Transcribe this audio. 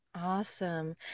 Awesome